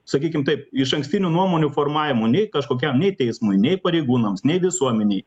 tokių sakykim taip išankstinių nuomonių formavimo nei kažkokiam nei teismui nei pareigūnams nei visuomenei